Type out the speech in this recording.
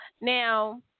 Now